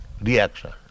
reaction